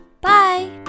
Bye